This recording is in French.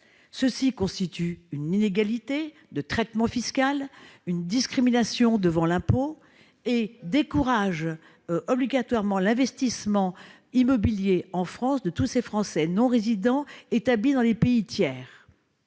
qui constitue une inégalité de traitement fiscal et une discrimination devant l'impôt et décourage l'investissement immobilier en France de tous ces Français non-résidents établis dans des pays tiers.